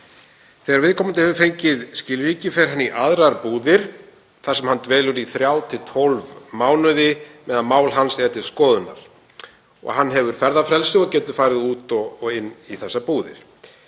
Þegar viðkomandi hefur fengið skilríki fer hann í aðrar búðir þar sem hann dvelur í þrjá til 12 mánuði meðan mál hans er til skoðunar. Hann hefur ferðafrelsi og getur farið út og inn í þessar búðir.